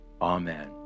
Amen